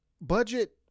Budget